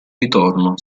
ritorno